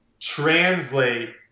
translate